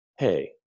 hey